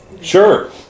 Sure